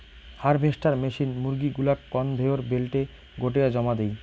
harvester machine মুরগী গুলাক conveyor বেল্টে গোটেয়া জমা দেই